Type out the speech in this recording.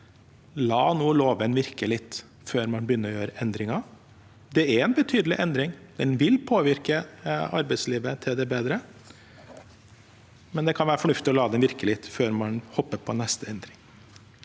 nå loven virke litt før man begynner å gjøre endringer. Det er en betydelig endring. Den vil påvirke arbeidslivet til det bedre, men det kan være fornuftig å la den virke litt før man hopper på neste endring.